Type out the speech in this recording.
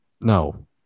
no